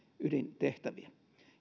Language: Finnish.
ydintehtäviä